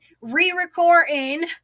re-recording